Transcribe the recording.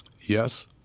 Yes